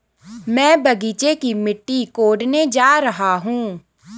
मैं बगीचे की मिट्टी कोडने जा रहा हूं